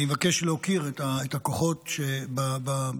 אני אבקש להוקיר את הכוחות בשוטף,